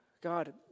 God